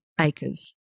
acres